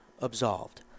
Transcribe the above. absolved